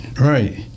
right